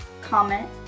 comment